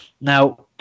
now